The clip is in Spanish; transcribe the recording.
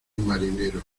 marinero